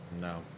No